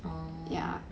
oh